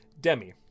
Demi